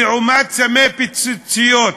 לעומת סמי פיצוציות.